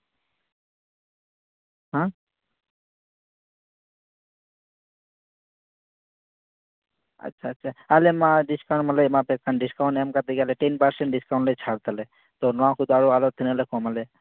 ᱦᱮᱸᱜ ᱟᱪᱪᱷᱟ ᱟᱪᱪᱷᱟ ᱟᱞᱮ ᱢᱟ ᱰᱤᱥᱠᱟᱣᱩᱱᱴ ᱢᱟᱞᱮ ᱮᱢᱟᱯᱮ ᱠᱟᱱ ᱰᱤᱥᱠᱟᱣᱩᱱᱴ ᱮᱢ ᱠᱟᱛᱮ ᱜᱮ ᱟᱞᱮ ᱴᱮᱱ ᱯᱮᱨᱥᱮᱱ ᱰᱤᱥᱠᱟᱣᱩᱱᱴᱞᱮ ᱪᱷᱟᱲ ᱫᱟᱞᱮ ᱛᱚ ᱱᱚᱣᱟ ᱠᱷᱚᱱ ᱫᱚ ᱟᱨᱚ ᱟᱞᱮ ᱛᱤᱱᱟᱹᱜ ᱞᱮ ᱠᱚᱢᱟᱞᱮ